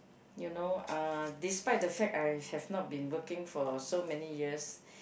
you know uh despite the fact I have not been working for so many years